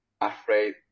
Afraid